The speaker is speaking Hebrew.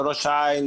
לראש העין,